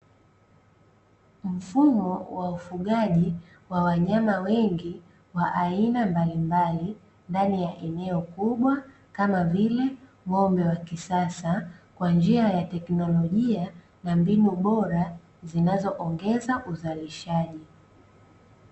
Mfumo wa ufugaji wa wanyama wengi, wa aina mbalimbali ndani ya eneo kubwa kama vile ng'ombe wa kisasa, kwa njia ya teknolojia na mbinu bora, zinazo ongeza uzalishaji.